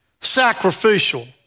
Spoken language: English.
sacrificial